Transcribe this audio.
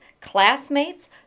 classmates